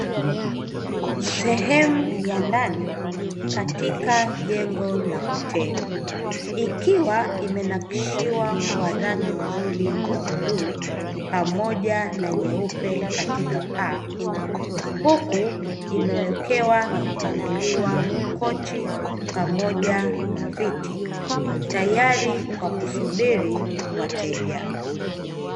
Sehemu ya ndani katika jengo la hoteli, ikiwa limenakshiwa kwa rangi nzuri ya bluu pamoja na nyeupe katika paa, huku imewekewa na kupangiliwa makochi pamoja na viti tayari kwa kusubiri wateja.